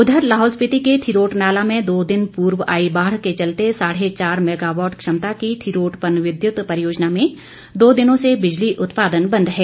उधर लाहौल स्पिति के थिरोट नाला में दो दिन पूर्व आई बाढ़ के चलते साढ़े चार मेगावाट क्षमता की थिरोट पनविद्युत परियोजना में दो दिनों से बिजली उत्पादन बंद है